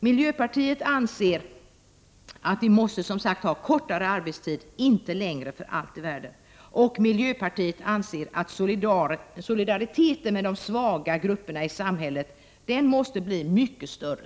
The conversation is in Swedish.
Miljöpartiet anser att vi måste ha kortare arbetstid — för allt i världen inte längre. Miljöpartiet anser också att solidariteten med de svaga grupperna i samhället måste bli mycket större.